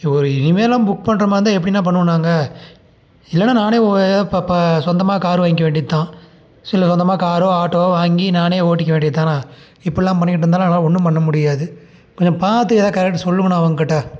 ஒரு இனிமேலாம் புக் பண்ணுற மாதிரி இருந்தால் எப்படிண்ணா பண்ணுவோம் நாங்க இல்லைன்னா நானே ஏதவாது இப்போ இப்போ சொந்தமாக காரு வாங்கிக்க வேண்டியது தான் இல்லை சொந்தமாக காரோ ஆட்டோவோ வாங்கி நானே ஓட்டிக்க வேண்டியதுதாண்ணா இப்படிலாம் பண்ணிக்கிட்டு இருந்தால் என்னால் ஒன்றும் பண்ண முடியாது கொஞ்சம் பார்த்து எதாவது கரெக்ட் சொல்லுங்கண்ணா அவங்ககிட்ட